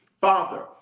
Father